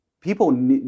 people